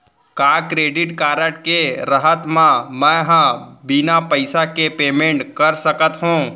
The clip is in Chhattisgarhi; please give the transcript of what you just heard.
का क्रेडिट कारड के रहत म, मैं ह बिना पइसा के पेमेंट कर सकत हो?